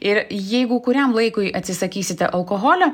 ir jeigu kuriam laikui atsisakysite alkoholio